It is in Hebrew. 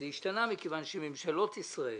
זה השתנה מכיוון שבממשלות ישראל